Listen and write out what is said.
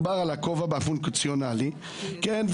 אני לוקחת מודל קיים --- אין השוואה,